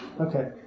Okay